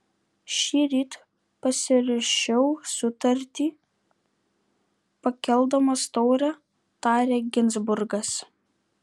šįryt pasirašiau sutartį pakeldamas taurę tarė ginzburgas